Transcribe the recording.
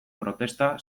protesta